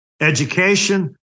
education